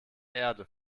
erde